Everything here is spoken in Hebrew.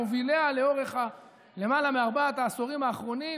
מוביליה לאורך למעלה מארבעת העשורים האחרונים,